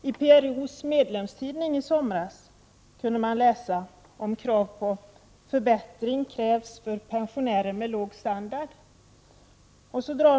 I PRO:s medlemstidning kunde vi i somras läsa om att förbättring krävs för pensionärer med låg standard.